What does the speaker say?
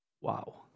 Wow